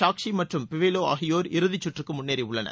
சாக்ஷி மற்றும் பிவாலியோ ஆகியோர் இறுதிச்சுற்றுக்கு முன்னேறியுள்ளனர்